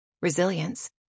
resilience